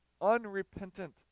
unrepentant